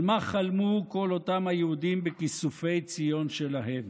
על מה חלמו כל אותם היהודים בכיסופי ציון שלהם?